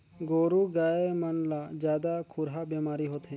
गोरु गाय मन ला जादा खुरहा बेमारी होथे